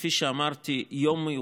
כפי שאמרתי, זה יום מיוחד